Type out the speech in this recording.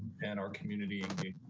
and our community.